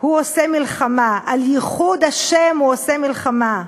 הוא עושה מלחמה" על ייחוד ה' הוא עושה מלחמה,